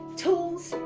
tools,